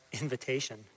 invitation